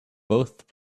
both